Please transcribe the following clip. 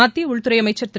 மத்திய உள்துறை அமைச்சர் திரு